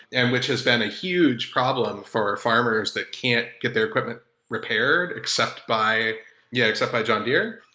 and which has been a huge problem for farmers that can't get their equipment repaired except by yeah except by john deere.